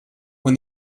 when